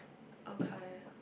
okay